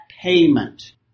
payment